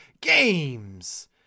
games